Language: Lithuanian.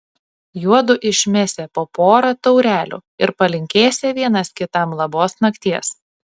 juodu išmesią po porą taurelių ir palinkėsią vienas kitam labos nakties